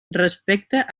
respecte